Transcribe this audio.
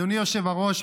אדוני היושב-ראש,